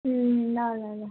ल ल ल